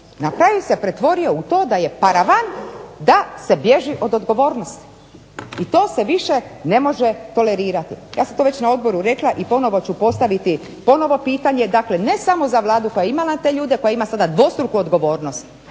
na kraju se pretvorio u to da je paravan da se bježi od odgovornosti i to se više ne može tolerirati. Ja sam to već na odboru rekla i ponovo ću postaviti ponovo pitanje dakle ne samo za Vladu koja je imala te ljude, koja ima sada dvostruku odgovornost